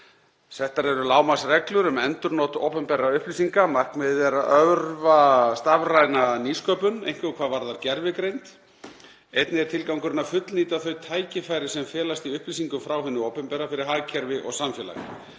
Settar eru lágmarksreglur um endurnot opinberra upplýsinga. Markmiðið er að örva stafræna nýsköpun, einkum hvað varðar gervigreind. Einnig er tilgangurinn að fullnýta þau tækifæri sem felast í upplýsingum frá hinu opinbera fyrir hagkerfi og samfélag.